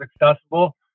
accessible